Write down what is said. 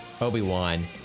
Obi-Wan